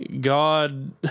God